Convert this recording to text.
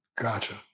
Gotcha